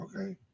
okay